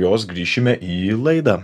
jos grįšime į laidą